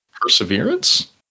Perseverance